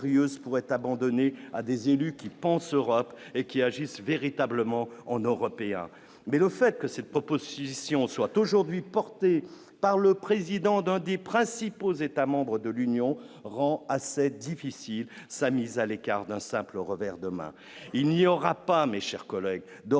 pour être abandonnée à des élus qui pense Europe et qu'il agisse véritablement en européen mais le fait que ces propos de scission soit aujourd'hui portées par le président d'un des principaux États-membres de l'Union rend assez difficile sa mise à l'écart d'un simple revers de main, il n'y aura pas mes chers collègues d'Europe